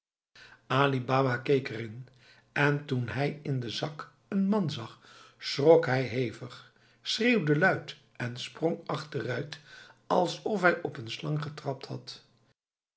er in en toen hij in den zak een man zag schrok hij hevig schreeuwde luid en sprong achteruit alsof hij op een slang getrapt had